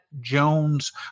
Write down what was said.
Jones